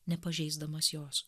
nepažeisdamas jos